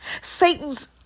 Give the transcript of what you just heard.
Satan's